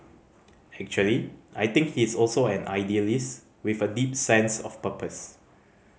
actually I think he is also an idealist with a deep sense of purpose